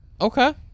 okay